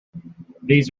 these